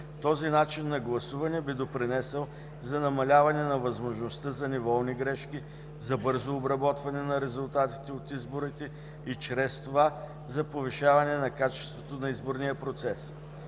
Този начин на гласуване би допринесъл за намаляване на възможността за неволни грешки, за бързо обработване на резултатите от изборите и чрез това – за повишаване на качеството на изборния процес.